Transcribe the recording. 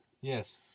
Yes